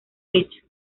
hecho